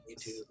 youtube